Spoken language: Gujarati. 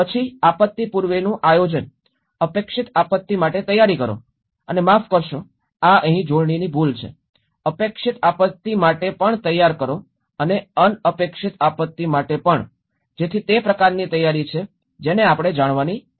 પછી આપત્તિ પૂર્વેનું આયોજન અપેક્ષિત આપત્તિ માટે તૈયારી કરો અને માફ કરશો આ અહીં જોડણીની ભૂલ છે અપેક્ષિત આપત્તિ માટે પણ તૈયાર કરો અને અનપેક્ષિત આપત્તિ માટે પણ જેથી તે પ્રકારની તૈયારી છે જેને આપણે જાણવાની જરૂર છે